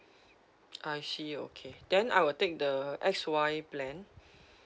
I see okay then I will take the X_Y plan